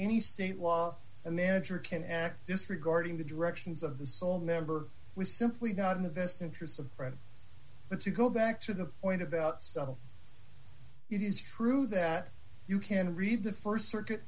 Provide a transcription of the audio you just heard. any state law a manager can act disregarding the directions of the sole member was simply not in the best interests of russia but to go back to the point about it is true that you can read the st circuit